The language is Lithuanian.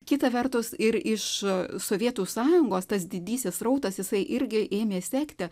kita vertus ir iš sovietų sąjungos tas didysis srautas jisai irgi ėmė sekti